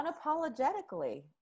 unapologetically